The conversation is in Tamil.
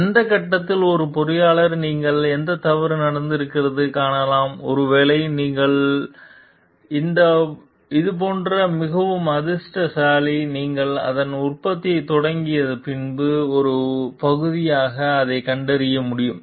எந்த கட்டத்தில் ஒரு பொறியாளர் நீங்கள் எந்த தவறு நடக்கிறது காணலாம் ஒருவேளை அது நீங்கள் இந்த போன்ற மிகவும் அதிர்ஷ்டசாலி நீங்கள் அதன் உற்பத்தி தொடங்கியது முன் ஒரு பகுதியாக அதை கண்டறிய முடியும்